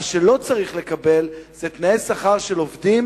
מה שלא צריך לקבל זה תנאי שכר של עובדים